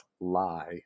lie